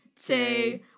two